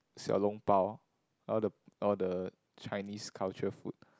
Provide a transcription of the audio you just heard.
Xiao-Long-Bao all the all the Chinese culture food